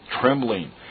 trembling